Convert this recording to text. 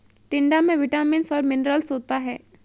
टिंडा में विटामिन्स और मिनरल्स होता है